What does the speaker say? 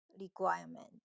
requirement